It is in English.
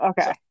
okay